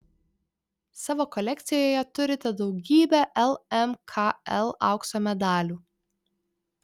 savo kolekcijoje turite daugybę lmkl aukso medalių